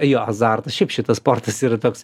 jo azartas šiaip šitas sportas yra toks